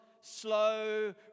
slow